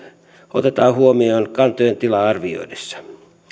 otetaan huomioon kantojen tilaa arvioitaessa